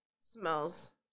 smells